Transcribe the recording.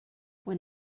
when